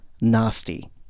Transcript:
nasty